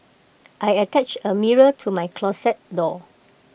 I attached A mirror to my closet door